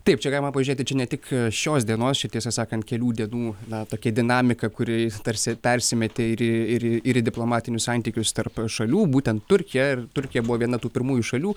taip čia galima pažiūrėti čia ne tik šios dienos čia tiesą sakant kelių dienų na tokia dinamika kuri tarsi persimetė ir į ir į ir į diplomatinius santykius tarp šalių būtent turkija ir turkija buvo viena tų pirmųjų šalių